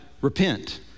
repent